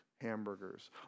hamburgers